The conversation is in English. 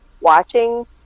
watching